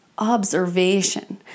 observation